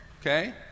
Okay